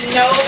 no